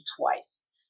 twice